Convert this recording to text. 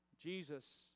Jesus